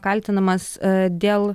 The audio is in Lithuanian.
kaltinamas dėl